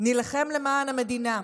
"נילחם למען המדינה.